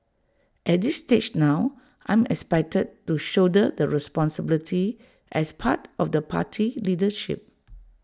at this stage now I'm expected to shoulder the responsibility as part of the party leadership